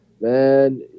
man